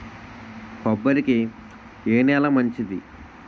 కొబ్బరి కి ఏ నేల మంచిది?